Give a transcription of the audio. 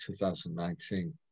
2019